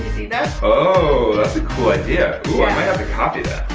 see that? oh, that's a cool idea. oh, i might have to copy that.